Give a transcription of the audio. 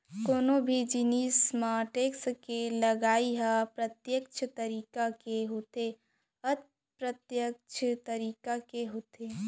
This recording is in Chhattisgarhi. कोनो भी जिनिस म टेक्स के लगई ह प्रत्यक्छ तरीका ले होथे या अप्रत्यक्छ तरीका के होथे